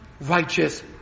righteous